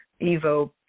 Evo